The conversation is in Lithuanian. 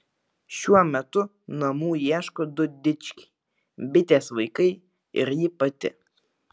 šiuo metu namų ieško du dičkiai bitės vaikai ir ji pati